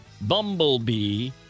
bumblebee